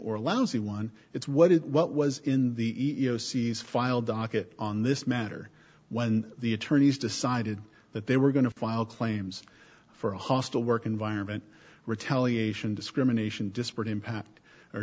or a lousy one it's what did what was in the e e o c has filed docket on this matter when the attorneys decided that they were going to file claims for a hostile work environment retaliation discrimination disparate impact or